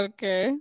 Okay